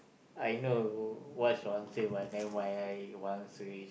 I know what's your answer but never mind I answer it